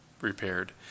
repaired